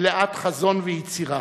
מלאת חזון ויצירה.